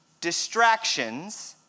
distractions